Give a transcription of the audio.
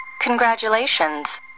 Congratulations